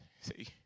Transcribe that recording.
See